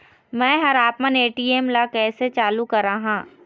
मैं हर आपमन ए.टी.एम ला कैसे चालू कराहां?